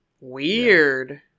Weird